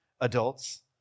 adults